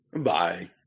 Bye